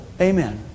Amen